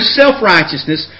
self-righteousness